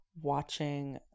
watching